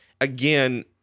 again